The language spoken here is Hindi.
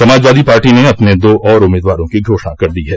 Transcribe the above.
समाजवादी पार्टी ने अपने दो और उम्मीदवारों की घोषणा कर दी है